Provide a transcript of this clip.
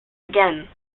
again